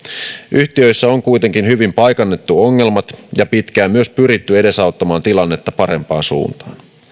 yhtiöissä on kuitenkin hyvin paikannettu ongelmat ja pitkään myös pyritty edesauttamaan tilannetta parempaan suuntaan